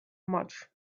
much